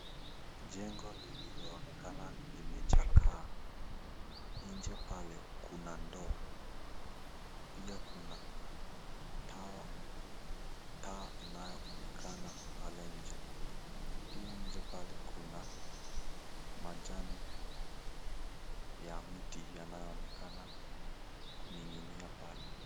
Jengo lililo onekana limechakaa nje pale kuna ndoo, pia kuna tawa, taa inayoonekana pale nje. Pia nje pale kuna majani ya miti yanayoonekana kuning'inia pale.